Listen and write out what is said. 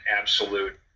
absolute